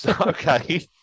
Okay